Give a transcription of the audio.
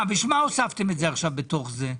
בשביל מה הוספתם את זה עכשיו בתוך זה?